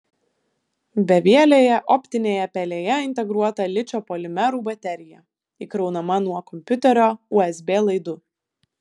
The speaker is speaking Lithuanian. bevielėje optinėje pelėje integruota ličio polimerų baterija įkraunama nuo kompiuterio usb laidu